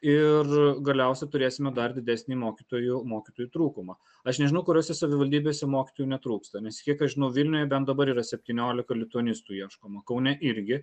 ir galiausia turėsime dar didesnį mokytojų mokytojų trūkumą aš nežinau kuriose savivaldybėse mokytojų netrūksta nes kiek aš žinau vilniuje bent dabar yra septyniolika lituanistų ieškoma kaune irgi